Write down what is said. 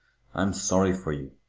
i am sorry for you,